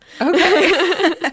Okay